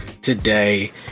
today